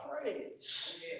praise